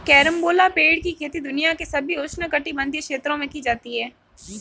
carambola पेड़ की खेती दुनिया के सभी उष्णकटिबंधीय क्षेत्रों में की जाती है